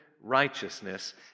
righteousness